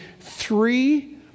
three